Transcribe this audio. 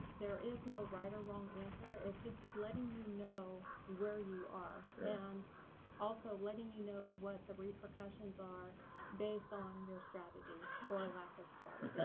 there is no right or wrong answer. it's just letting you know where you are and also letting you know what the repercussions are based on your strategy or lack of strategy.